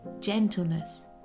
gentleness